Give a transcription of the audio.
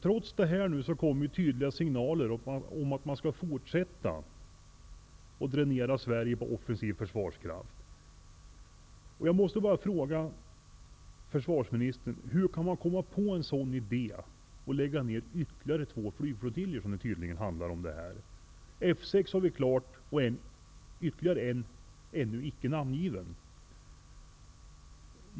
Trots detta kommer nu tydliga signaler om att man skall fortsätta att dränera Sverige på offensiv försvarskraft. Jag måste fråga försvarsministern: Hur kan man komma på en sådan idé som att lägga ner ytterligare två flygflottiljer, vilket tydligen är aktuellt? Att F 6 skall läggas ner är klart, och det kommer också att bli aktuellt med ytterligare en, ännu icke namngiven.